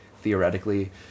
theoretically